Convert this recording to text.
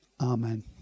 Amen